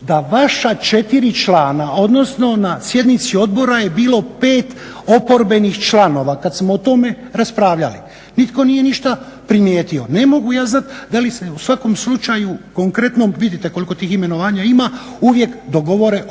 da vaša 4 člana, odnosno na sjednici odbora je bilo 5 oporbenih članova kad smo o tome raspravljali. Nitko nije ništa primjetio. Ne mogu ja znati da li se u svakom slučaju konkretnom, vidite koliko tih imenovanja ima, uvijek dogovore